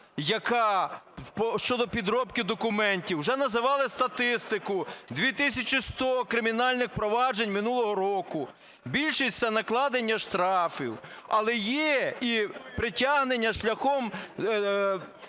щодо підробки документів. Вже називали статистику: 2 тисячі 100 кримінальних проваджень минулого року. Більшість – це накладання штрафів, але є і притягнення шляхом